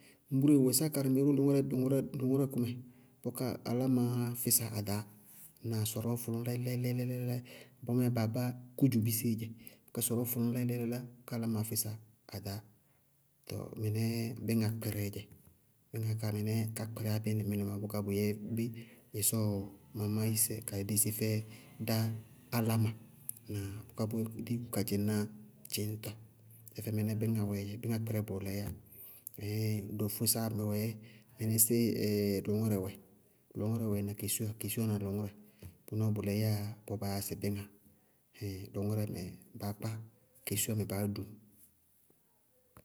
Ŋbúre wɛ sáa karɩmɛ ró lʋŋʋrɛ wɛ, lʋŋʋrɛ wɛ, lʋŋʋrɛ wɛ kʋmɛ bʋká álámɩnáá físa aɖaá, ŋnáa? Sɔrɔɔ fʋlʋñ lɛ-lɛ-lɛ-lɛ-lɛ-lɛ bɔɔmɛɛ baa báa kudzubiseé dzɛ bʋká sɔrɔɔ fʋlʋñ lɛ-lɛ-lɛ-lá áláma físa aɖaá. Tɔɔ mɩnɛ bíŋá kɩɛrɛɛ dzɛ. Bíŋá ká mɩnɛɛ ka kpɛrɛ bɩ ŋɩnɛmɩnɛ bʋlpbʋ yɛ bé? Ɩsɔɔ maamáátchisɛ ka dési fɛ dá áláma. Ŋnáa? Bʋká dí yúkú ka dzɩŋ ná dzɩñtɔ. Tɛfɛ bʋ mɩnɛɛ bíŋá wɛɛ dzɛ bíŋá kpɛrɛ bʋʋlɛɛ yá dofó sáa mɛ wɛɛ mɩnísí lʋŋʋrɛ wɛ, lʋŋʋrɛ wɛ na kesuwa, kesuwa na lʋŋʋrɛ, bʋ nɔɔ bʋʋlɛ yáa bɔɔ baa yáa sɩ bíŋá. Lʋŋʋrɛ mɛ báa kpá, kesuwa mɛ baá duñ.